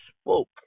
spoke